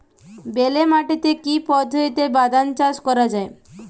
বেলে মাটিতে কি পদ্ধতিতে বাদাম চাষ করা যায়?